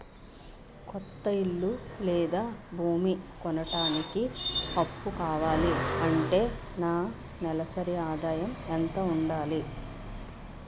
కొత్త ఇల్లు లేదా భూమి కొనడానికి అప్పు కావాలి అంటే నా నెలసరి ఆదాయం ఎంత ఉండాలి?